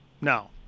No